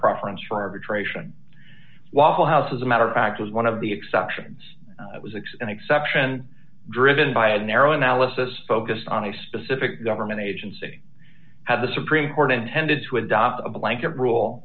province for arbitration waffle house as a matter of fact was one of the exceptions was x an exception driven by a narrow analysis focused on a specific government agency had the supreme court intended to adopt a blanket rule